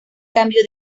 cambio